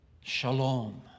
Shalom